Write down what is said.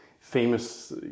famous